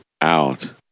out